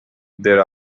there